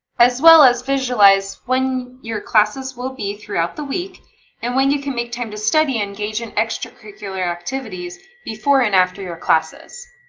as well as visualize when your classes will be throughout the week and when you can make time to study and engage in extracurricular activities before and after your classes.